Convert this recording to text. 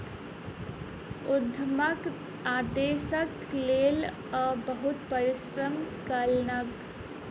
उद्यमक उदेश्यक लेल ओ बहुत परिश्रम कयलैन